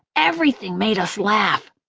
everything made us laugh.